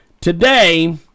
today